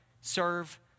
serve